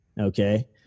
okay